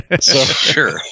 Sure